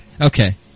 Okay